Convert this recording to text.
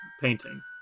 painting